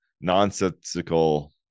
nonsensical